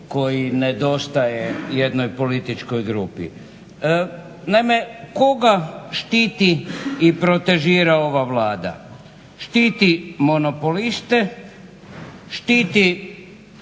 koji nedostaje jednoj političkoj grupi. Naime, koga štiti i protežira ova Vlada? Štiti monopoliste, štiti